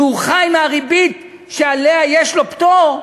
שחי מהריבית שעליה יש לו פטור,